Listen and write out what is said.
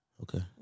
Okay